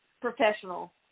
professional